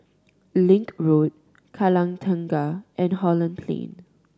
Link Road Kallang Tengah and Holland Plain